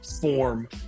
form